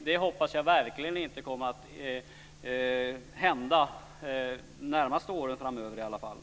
Jag hoppas verkligen att det inte kommer att hända, i alla fall inte under de närmaste åren framöver.